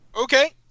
okay